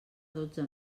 dotze